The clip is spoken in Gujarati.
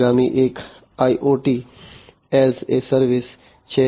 આગામી એક IoT એસ એ સર્વિસ છે